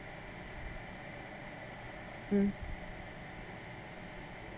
mm